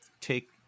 take